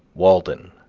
walden